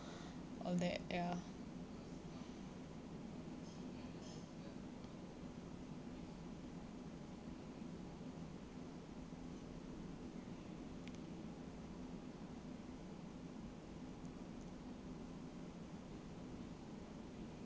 all that ya